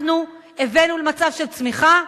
אנחנו הבאנו למצב של צמיחה,